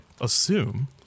assume